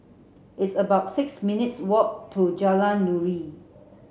it's about six minutes' walk to Jalan Nuri